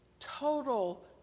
total